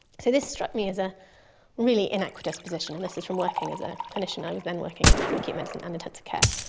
so this struck me as a really iniquitous position. and this is from working as a clinician, i was then working in acute medicine and intensive care.